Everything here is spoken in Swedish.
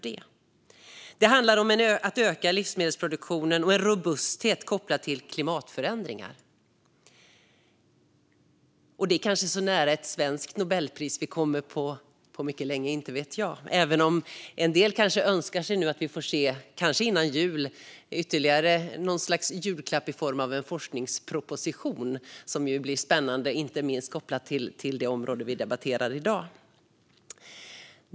Det handlar också om att öka livsmedelsproduktionen och om en robusthet kopplad till klimatförändringar. Det kanske är så nära ett svenskt Nobelpris som vi kommer på mycket länge, inte vet jag. En del kanske önskar sig att vi före jul får ytterligare något slags julklapp i form av en forskningsproposition, vilket vore spännande inte minst kopplat till det område som vi debatterar i dag.